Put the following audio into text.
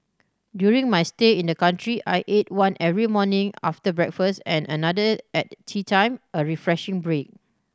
during my stay in the country I ate one every morning after breakfast and another at teatime a refreshing break